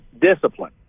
discipline